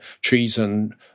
treason